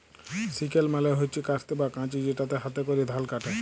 sickle মালে হচ্যে কাস্তে বা কাঁচি যেটাতে হাতে ক্যরে ধাল কাটে